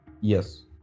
Yes